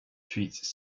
treats